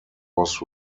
was